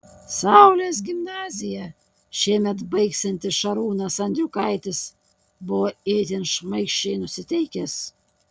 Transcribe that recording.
saulės gimnaziją šiemet baigsiantis šarūnas andriukaitis buvo itin šmaikščiai nusiteikęs